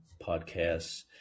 podcasts